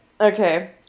Okay